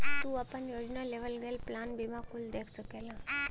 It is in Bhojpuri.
तू आपन योजना, लेवल गयल प्लान बीमा कुल देख सकला